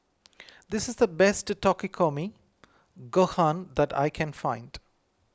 this is the best Takikomi Gohan that I can find